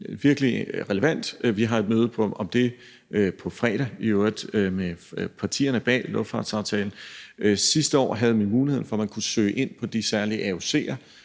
virkelig relevant. Vi har et møde om det på fredag, i øvrigt med partierne bag luftfartsaftalen. Sidste år havde vi muligheden for, at man kunne søge ind på de særlige AOC'er,